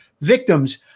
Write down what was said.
victims